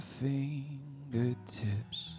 fingertips